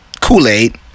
Kool-Aid